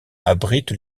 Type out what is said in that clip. abrite